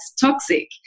toxic